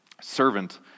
servant